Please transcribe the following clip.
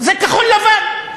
זה כחול-לבן.